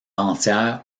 entières